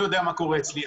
אני יודע מה קורה אצלי.